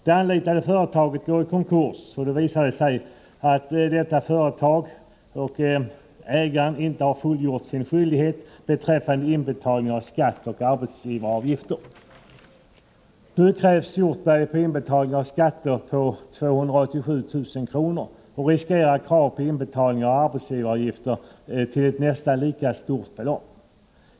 Det anlitade företaget gick i konkurs, och det visade sig att ägaren inte har fullgjort sin skyldighet beträffande inbetalning av skatt och arbetsgivaravgifter. Nu krävs Hjortberg på inbetalning av skatter på 287 000 kr. och riskerar krav på inbetalning av arbetsgivaravgifter till ett nästan lika stort belopp.